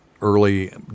early